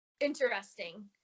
interesting